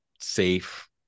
safe